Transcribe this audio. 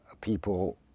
people